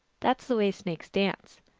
that s the way snakes dance.